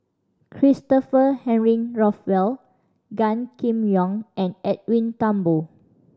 Christopher Henry Rothwell Gan Kim Yong and Edwin Thumboo